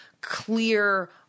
clear